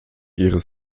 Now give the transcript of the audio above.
ihres